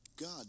God